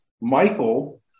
Michael